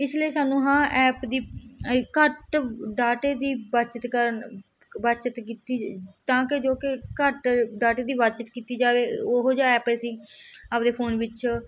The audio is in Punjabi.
ਇਸ ਲਈ ਸਾਨੂੰ ਹਾਂ ਐਪ ਦੀ ਘੱਟ ਡਾਟੇ ਦੀ ਬਚਤ ਕਰਨ ਬਚਤ ਕੀਤੀ ਤਾਂ ਕਿ ਜੋ ਕਿ ਘੱਟ ਡਾਟੇ ਦੀ ਬਚਤ ਕੀਤੀ ਜਾਵੇ ਉਹ ਜਿਹਾ ਐਪ ਅਸੀਂ ਆਪਦੇ ਫੋਨ ਵਿੱਚ